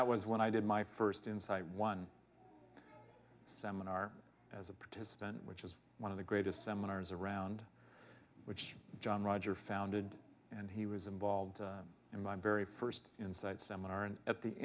that was when i did my first inside one seminar as a participant which is one of the greatest seminars around which john roger founded and he was involved in my very first insight seminar and at the